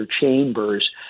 chambers